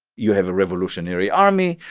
you have a revolutionary army.